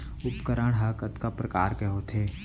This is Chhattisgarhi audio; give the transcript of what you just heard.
उपकरण हा कतका प्रकार के होथे?